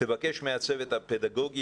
תבקש מהצוות הפדגוגי.